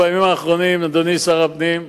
אדוני שר הפנים,